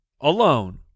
alone